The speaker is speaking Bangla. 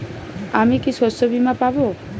আমি কি শষ্যবীমা পাব?